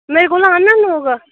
मेरे कोल आन न लोग